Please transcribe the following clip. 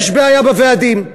יש בעיה בוועדים,